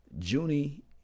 Junie